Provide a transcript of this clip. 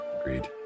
Agreed